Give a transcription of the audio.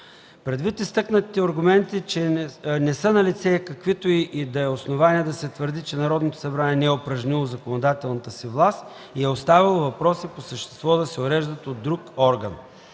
Предвид изтъкнатите аргументи, че не са налице каквито и да са основания да се твърди, че Народното събрание не е упражнило законодателната си власт и е оставило въпроси по същество да се уреждат от друг орган.